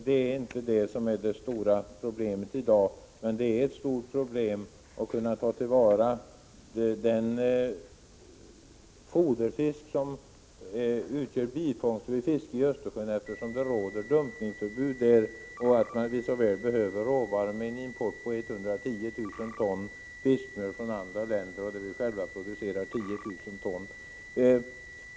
Det är inte här det stora problemet finns, men det är ett stort problem att 107 kunna ta till vara den foderfisk som utgör bifångst vid fiske i Östersjön, eftersom det råder dumpningsförbud där. Vi behöver så väl råvaran. Vi har ju en import på 110 000 ton fiskmjöl, medan vi själva producerar endast 10 000 ton.